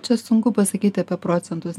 čia sunku pasakyti apie procentus